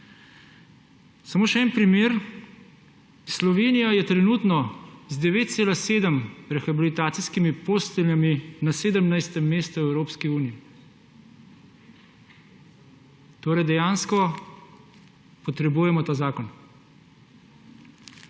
Samo še en primer. Slovenija je trenutno z 9,7 rehabilitacijske postelje na 17. mestu v Evropski uniji. Torej dejansko potrebujemo ta zakon.